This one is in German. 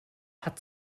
hat